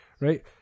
Right